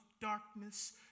darkness